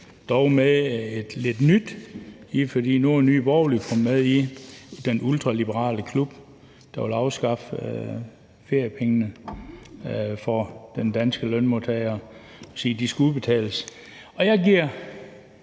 dog med lidt nyt, for nu er Nye Borgerlige kommet med i den ultraliberale klub, der vil afskaffe feriepengene for den danske lønmodtager ved at sige: De skal udbetales.